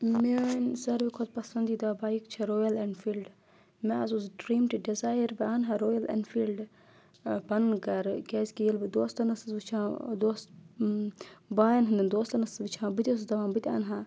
میٲنۍ ساروی کھۄتہٕ پَسنٛدیٖدہ بایِک چھےٚ روٚیَل اؠنفیٖلڈ مےٚ آز اوس ڈرٛیٖم ٹُو ڈِزایَر بہٕ اَنہا رویَل اؠنفیٖلڈ پَنُن گَرٕ کیٛازِکہِ ییٚلہِ بہٕ دوستَن ٲسٕس وٕچھان دوس بایَن ہٕنٛدؠن دوستَنَس وٕچھان بہٕ تہِ ٲسٕس دَپان بہٕ تہِ اَنہا